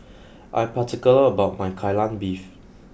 I am particular about my Kai Lan beef